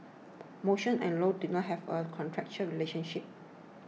motion and Low did not have a contractual relationship